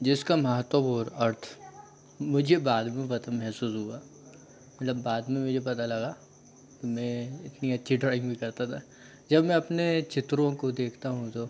जिसका महत्वपूर्ण अर्थ मुझे बाद में मतलब महसूस हुआ मतलब बाद में मुझे पता लगा मैं इतनी अच्छी ड्रॉइंग भी करता था जब मैं अपने चित्रों को देखता हूँ तो